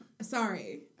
sorry